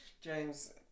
james